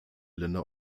länder